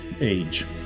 age